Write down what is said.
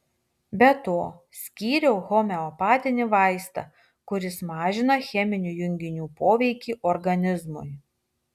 be to skyriau homeopatinį vaistą kuris mažina cheminių junginių poveikį organizmui